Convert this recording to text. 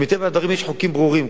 שמטבע הדברים יש בו חוקים ברורים.